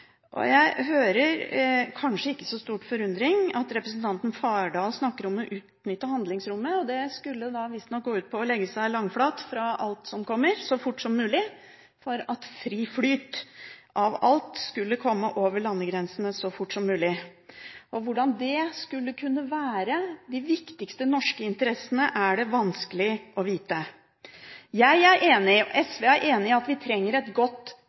Jeg hører – med kanskje ikke så stor forundring – at representanten Fardal Kristoffersen snakker om å utnytte handlingsrommet. Det skulle visstnok gå ut på å legge seg langflat for alt som kommer – så fort som mulig – for at fri flyt av alt skulle komme over landegrensene – så fort som mulig. Hvordan det skulle kunne være de viktigste norske interessene, er det vanskelig å vite. Jeg og SV er enig i at vi trenger et felles regelverk, men det må være et godt